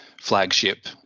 flagship